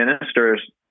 ministers